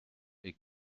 est